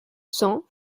cents